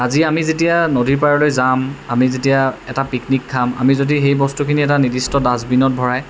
আজি আমি যেতিয়া নদীৰ পাৰলৈ যাম আমি যেতিয়া এটা পিকনিক খাম আমি যদি সেই বস্তুখিনি এটা নিৰ্দিষ্ট ডাষ্টবিনত ভৰাই